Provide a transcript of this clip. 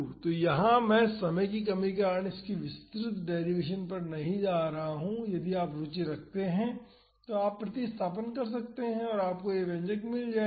तो यहाँ मैं समय की कमी के कारण इसकी विस्तृत डैरीवेसन पर नहीं जा रहा हूँ यदि आप रुचि रखते हैं तो आप प्रतिस्थापन कर सकते हैं और आपको यह व्यंजक मिल जाएगा